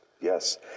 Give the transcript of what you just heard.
Yes